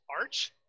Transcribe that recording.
Arch